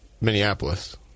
Minneapolis